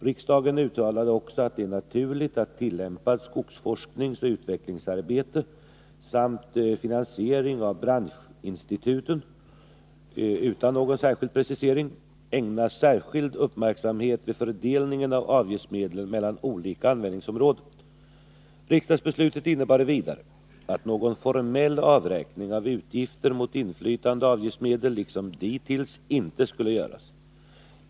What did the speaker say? Riksdagen uttalade också att det är naturligt att tillämpat skogsforskningsoch utvecklingsarbete samt finansiering av branschinstituten ägnas särskild uppmärksamhet vid fördelningen av avgiftsmedlen mellan olika användningsområden. Riksdagsbeslutet innebar vidare att någon formell avräkning av utgifter mot inflytande avgiftsmedel liksom dittills inte skulle göras.